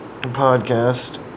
podcast